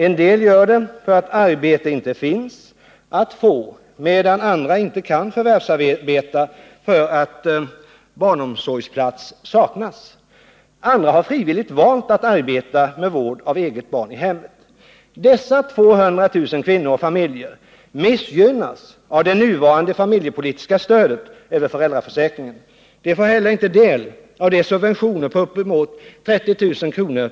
En del gör det därför att arbete inte finns att få, medan andra inte kan förvärvsarbeta därför att barnomsorgsplats saknas. Andra har frivilligt valt att arbeta med vård av eget barn i hemmet. Dessa 200 000 kvinnor och familjer missgynnas av det nuvarande familjepolitiska stödet över föräldraförsäkringen. De får heller inte del av de subventioner på uppemot 30 000 kr.